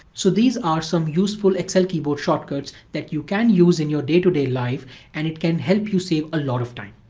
so these are some useful excel keyboard shortcuts that you can use in your day-to-day life and it can help you save a lot of time.